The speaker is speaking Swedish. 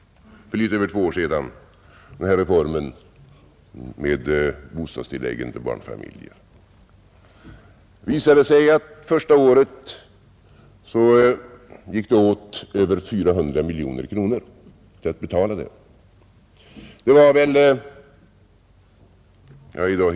För litet över två år sedan ”sjösatte” vi reformen med bostadstillägg till barnfamiljer. Första året visade det sig att över 400 miljoner kronor gick åt för att betala denna reform.